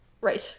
right